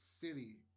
city